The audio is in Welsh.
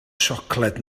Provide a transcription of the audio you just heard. siocled